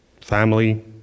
family